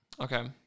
Okay